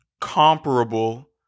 comparable